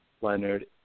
Leonard